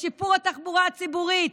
לשיפור התחבורה הציבורית.